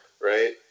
right